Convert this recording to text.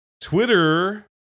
Twitter